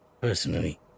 personally